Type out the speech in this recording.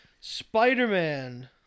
Spider-Man